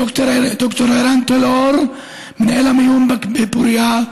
ד"ר ערן טל-אור, מנהל המיון בפוריה,